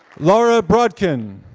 laura brodkin.